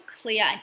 clear